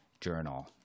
journal